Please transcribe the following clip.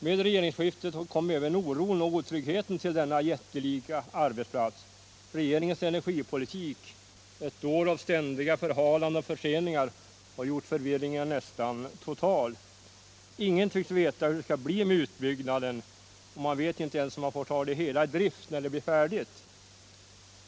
Med regeringsskiftet kom även oron och otryggheten till denna jättelika arbetsplats. Regeringens energipolitik, som innebar ett år av ständiga förhalanden och förseningar, har gjort förvirringen nästan total. Ingen tycks veta hur det skall bli med utbyggnaden, och man vet inte ens om man får ta det hela i drift när det blir färdigt.